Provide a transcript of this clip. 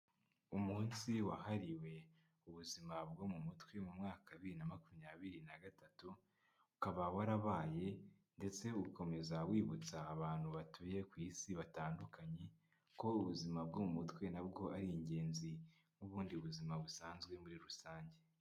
Umunsi wahariwe ubuzima bwo mu mutwe mu mwaka bibiri na makumyabiri na gatatu, ukaba warabaye ndetse ugakomeza wibutsa abantu batuye ku isi batandukanye ko ubuzima bwo mu mutwe na bwo ari ingenzi, nk'ubundi buzima busanzwe muri rusange.